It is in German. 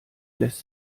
lässt